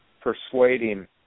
persuading